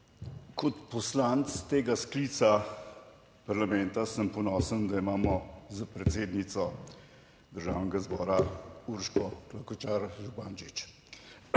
kot poslanec tega sklica parlamenta sem ponosen, da imamo s predsednico Državnega zbora Urško Klakočar Zupančič.